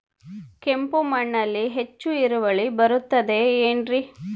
ಕೆಂಪು ಮಣ್ಣಲ್ಲಿ ಹೆಚ್ಚು ಇಳುವರಿ ಬರುತ್ತದೆ ಏನ್ರಿ?